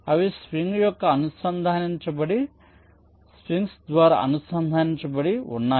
అవి స్ప్రింగ్ ద్వారా అనుసంధానించబడి ఉన్నాయి